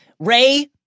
Ray